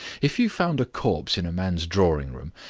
if you found a corpse in a man's drawing-room,